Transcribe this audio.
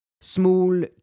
small